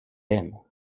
aime